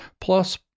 Plus